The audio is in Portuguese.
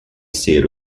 ser